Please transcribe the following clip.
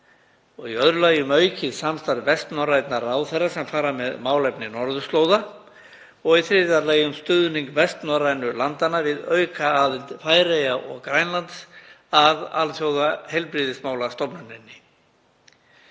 og í öðru lagi um aukið samstarf vestnorrænna ráðherra sem fara með málefni norðurslóða og í þriðja lagi um stuðning vestnorrænu landanna við aukaaðild Færeyja og Grænlands að Alþjóðaheilbrigðismálastofnuninni.